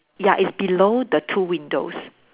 ya it's below the two windows